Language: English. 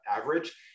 average